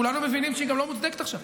כולנו מבינים שהיא גם לא מוצדקת עכשיו.